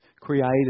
created